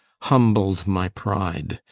humbled my pride,